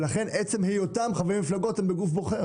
עצם היותם חברי מפלגות הם כבר בגוף בוחר